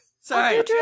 Sorry